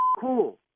cool